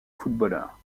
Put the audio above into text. footballeur